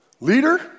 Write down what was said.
leader